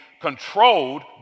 controlled